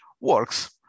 works